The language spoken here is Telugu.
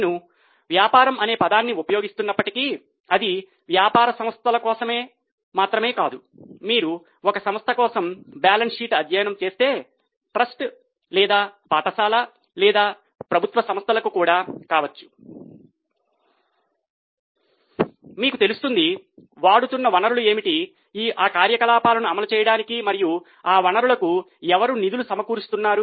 నేను వ్యాపారం అనే పదాన్ని ఉపయోగిస్తున్నప్పటికీ అది వ్యాపార సంస్థల కోసం మాత్రమే కాదు మీరు ఒక కొత్త సంస్థ కోసం బ్యాలెన్స్ షీట్ అధ్యయనం చేస్తే ట్రస్ట్ లేదా పాఠశాల లేదా ప్రభుత్వ సంస్థలకు కూడా కావచ్చు మీకు తెలుస్తుంది వాడుతున్న వనరులు ఏమిటి ఆ కార్యకలాపాలను అమలు చేయడానికి మరియు ఆ వనరులకు ఎవరు నిధులు సమకూరుస్తున్నారు